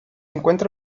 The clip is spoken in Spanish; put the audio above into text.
encuentra